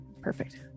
perfect